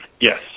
Yes